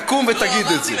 תקום ותגיד את זה.